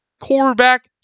quarterback